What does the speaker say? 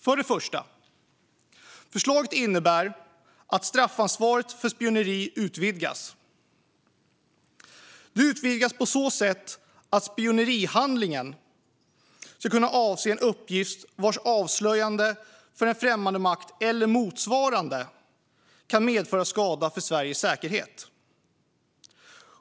För det första innebär förslaget att straffansvaret för spioneri utvidgas så att spionerihandlingen ska kunna avse en uppgift vars avslöjande för främmande makt eller motsvarande kan medföra skada för Sveriges säkerhet.